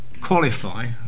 qualify